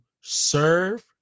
serve